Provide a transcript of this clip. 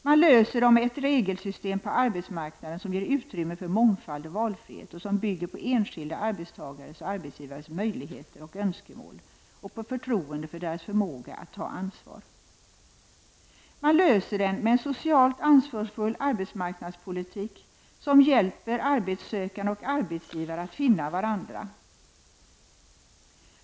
Man löser dem med ett regelsystem på arbetsmarknaden som ger utrymme för mångfald och valfrihet och som bygger på enskilda arbetstagares och arbetsgivares möjligheter och önskemål och på förtroende för deras förmåga att ta ansvar. Man löser dem med en socialt ansvarsfull arbetsmarknadspolitik som hjälper arbetssökande och arbetsgivare att finna varandra.